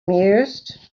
mused